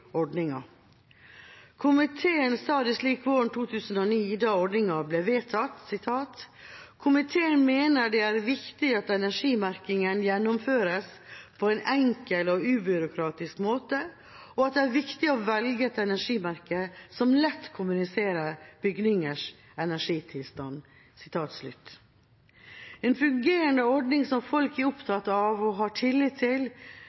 ordninga. Komiteen sa det slik våren 2009, da ordninga ble vedtatt: «Komiteen mener det er viktig at energimerkingen gjennomføres på en enkel og ubyråkratisk måte, og at det er viktig å velge et energimerke som lett kommuniserer bygningers energitilstand.» En fungerende ordning som folk er opptatt av og har tillit til,